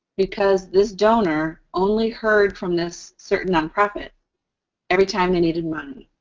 because this donor only heard from this certain nonprofit every time they needed money.